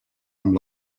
amb